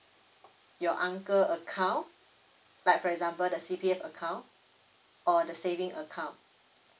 your uncle account like for example the C_P_F account or the saving account